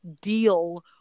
deal